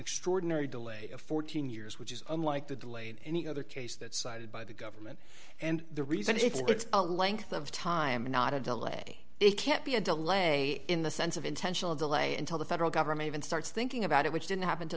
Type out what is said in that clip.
extraordinary delay of fourteen years which is unlike the delay in any other case that cited by the government and the reason it's a length of time and not a delay it can't be a delay in the sense of intentional delay until the federal government even starts thinking about it which didn't happen to